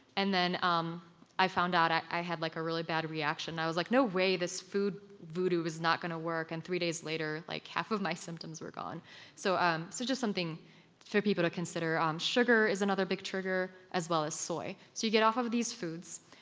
and then um i found out, i i had like a really bad reaction, i was like, no way, this food voodoo is not going to work, and three days later, like half of my symptoms were gone so um so just something for people to consider. sugar is another big trigger, as well as soy. you get off of these foods.